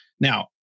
Now